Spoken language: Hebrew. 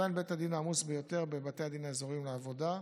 הוא עדיין בית הדין העמוס ביותר מבין בתי הדין האזוריים לעבודה.